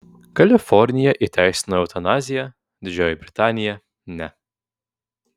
kalifornija įteisino eutanaziją didžioji britanija ne